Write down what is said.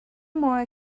more